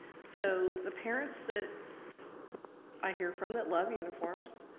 so the parents that i hear from that love uniforms,